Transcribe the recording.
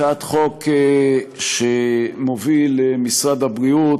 הצעת חוק שמוביל משרד הבריאות,